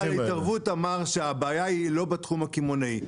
על התערבות אמר שהביעה היא לא בתחום הקמעונאי.